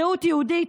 זהות יהודית,